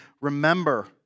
remember